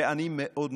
ואני מאוד מבקש,